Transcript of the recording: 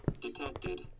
detected